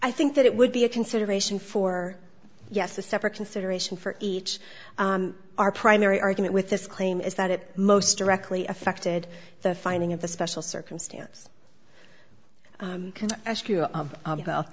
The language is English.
i think that it would be a consideration for yes a separate consideration for each our primary argument with this claim is that it most directly affected the finding of the special circumstance can i ask you about